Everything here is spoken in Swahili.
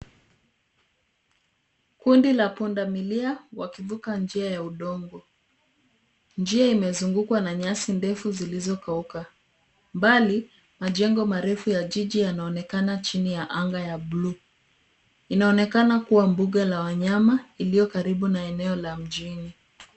Kundi la punda milia wakivuka njia ya udongo. Njia imezungukwa na nyasi ndefu zilizo kauka. Mbali, majengo marefu ya jiji yanaonekana chini ya anga ya buluu. Inaonekana kuwa mbuga la wanyama iliyo karibu na mjini.